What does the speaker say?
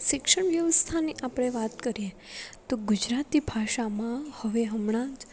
શિક્ષણ વ્યવસ્થાને આપણે વાત કરીએ તો ગુજરાતી ભાષામાં હવે હમણાં જ